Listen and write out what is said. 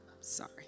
Sorry